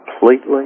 completely